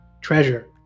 treasure